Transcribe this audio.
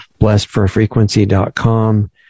blessedforfrequency.com